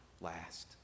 last